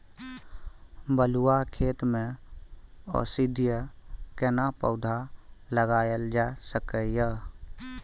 बलुआ खेत में औषधीय केना पौधा लगायल जा सकै ये?